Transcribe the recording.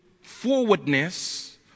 forwardness